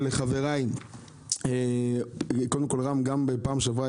ולרם בן ברק גם בפעם שעברה,